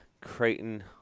Creighton